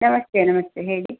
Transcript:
ನಮಸ್ತೆ ನಮಸ್ತೆ ಹೇಳಿ